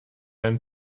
einen